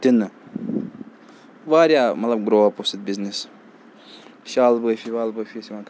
دِنہٕ واریاہ مطلب گرو اَپ اوس ییٚتہِ بِزنِس شال بٲفی وال بٲفی ٲسۍ یِوان